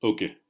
Okay